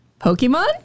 Pokemon